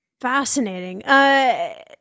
Fascinating